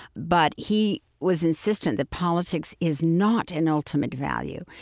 but he was insistent that politics is not an ultimate value,